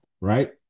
right